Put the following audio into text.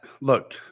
Look